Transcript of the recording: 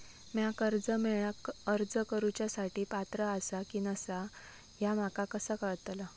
म्या कर्जा मेळाक अर्ज करुच्या साठी पात्र आसा की नसा ह्या माका कसा कळतल?